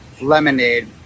lemonade